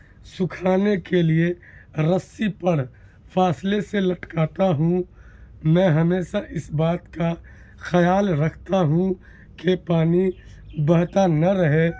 سوکھانے کے لیے رسی پر فاصلے سے لٹکاتا ہوں میں ہمیشہ اس بات کا خیال رکھتا ہوں کہ پانی بہتا نہ رہے